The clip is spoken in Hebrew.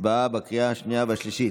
הצבעה בקריאה השנייה והשלישית.